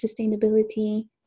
sustainability